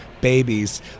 babies